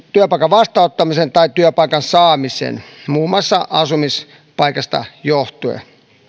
työpaikan vastaanottamisen tai työpaikan saamisen muun muassa asumispaikasta johtuen